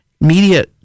Media